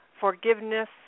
Forgiveness